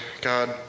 God